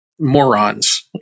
morons